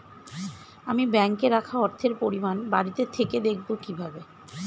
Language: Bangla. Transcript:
আমি ব্যাঙ্কে রাখা অর্থের পরিমাণ বাড়িতে থেকে দেখব কীভাবে?